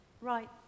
Right